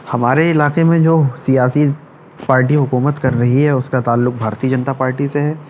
ہمارے علاقے میں جو سیاسی پارٹی حکومت کر رہی ہے اس کا تعلق بھارتیہ جنتا پارٹی سے ہے